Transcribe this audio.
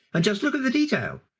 and just look at the detail.